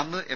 അന്ന് എം